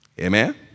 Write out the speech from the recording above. Amen